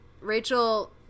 Rachel